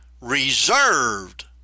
reserved